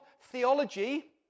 theology